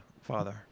father